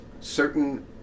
certain